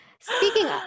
Speaking